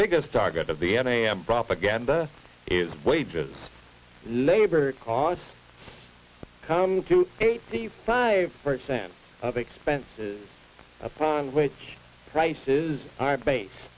biggest target of the n a a m propaganda is wages labor costs come to eighty five percent of expenses which prices are base